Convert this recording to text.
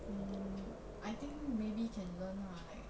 mm I think maybe can learn lah like